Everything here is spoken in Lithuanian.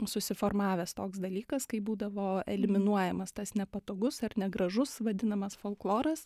susiformavęs toks dalykas kai būdavo eliminuojamas tas nepatogus ar negražus vadinamas folkloras